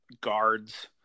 Guards